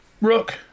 Rook